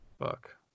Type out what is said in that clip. fuck